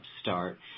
start